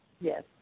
yes